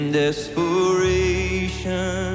desperation